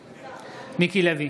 בעד מיקי לוי,